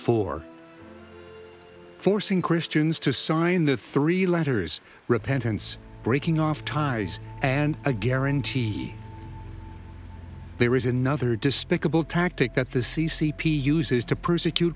for forcing christians to sign the three letters repentance breaking off ties and a guarantee there is another despicable tactic that the c c p uses to persecute